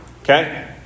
okay